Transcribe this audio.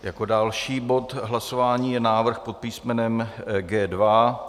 Jako další bod hlasování je návrh pod písmenem G2.